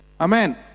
Amen